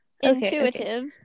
Intuitive